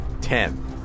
Ten